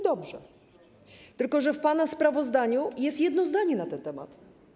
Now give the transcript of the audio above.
Dobrze, tylko że w pana sprawozdaniu jest jedno zdanie na ten temat.